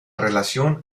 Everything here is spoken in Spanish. relación